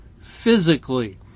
physically